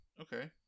Okay